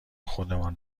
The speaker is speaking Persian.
خودمان